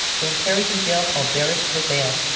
don't perish in jail. call barrish for bail.